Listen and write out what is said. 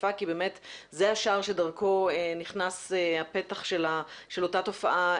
השער שדרכו נכנס הפתח של אותה תופעה